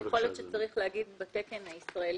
יכול להיות שצריך להגיד "בתקן הישראלי",